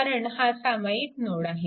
कारण हा सामायिक नोड आहे